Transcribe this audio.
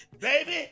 Baby